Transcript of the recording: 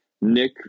Nick